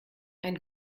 ein